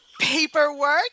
paperwork